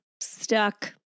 stuck